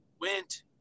went